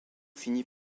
finit